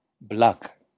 black